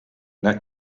that